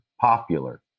popular